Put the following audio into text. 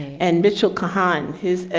and mitchell kahan his,